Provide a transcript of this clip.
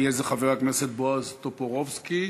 יהיה זה חבר הכנסת בועז טופורובסקי,